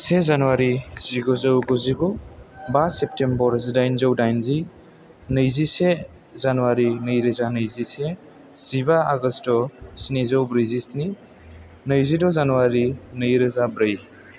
से जानुवारि जिगुजौ गुजिगु बा सेप्तेम्बर जिदाइनजौ दाइनजि नैजिसे जानुवारि नै रोजा नैजिसे जिबा आगष्ट' स्निजौ ब्रैजिस्नि नैजिद' जानुवारि नैरोजा ब्रै